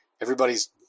Everybody's